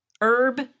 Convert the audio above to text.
herb